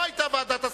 לא היתה ועדת הסכמות,